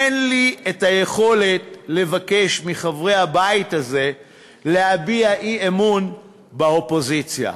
אין לי יכולת לבקש מחברי הבית הזה להביע אי-אמון באופוזיציה.